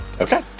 Okay